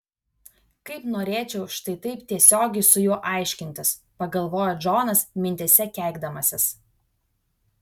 kaip norėčiau štai taip tiesiogiai su juo aiškintis pagalvojo džonas mintyse keikdamasis